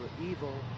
evil